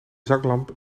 zaklamp